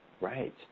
Right